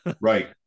right